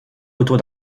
autour